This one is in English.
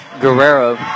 Guerrero